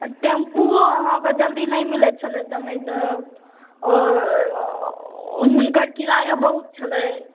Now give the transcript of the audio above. tempo ओ अहाँके जल्दी नहि मिलै छलै समयसॅं आओर हुनकर किरायो बहुत छलैऽ